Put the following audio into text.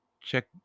Check